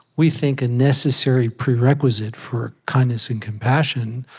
we think, a necessary prerequisite for kindness and compassion,